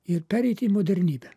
ir pereiti į modernybę